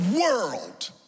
world